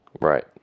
Right